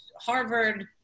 Harvard